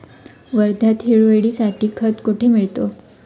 वर्ध्यात हिरवळीसाठी खत कोठे मिळतं?